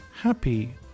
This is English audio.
Happy